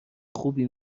خوبی